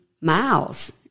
miles